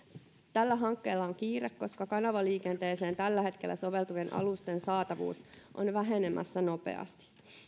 tällä hankkeella on kiire koska kanavaliikenteeseen tällä hetkellä soveltuvien alusten saatavuus on vähenemässä nopeasti